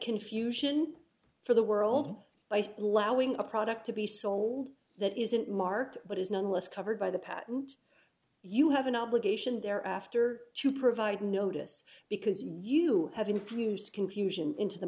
confusion for the world by allowing a product to be sold that isn't marked but is nonetheless covered by the patent you have an obligation there after to provide notice because you have infused confusion into the